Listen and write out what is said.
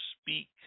speak